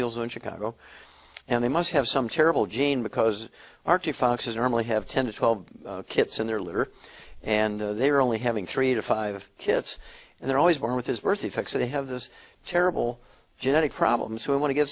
zoo in chicago and they must have some terrible gene because arctic fox is normally have ten to twelve kids in their litter and they are only having three to five cats and they're always born with his birth defects they have this terrible genetic problems who want to get